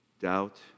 Doubt